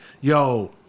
yo